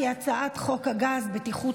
ההצעה להעביר את הצעת חוק הגז (בטיחות